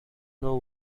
know